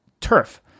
turf